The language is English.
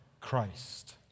Christ